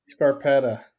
Scarpetta